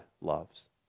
loves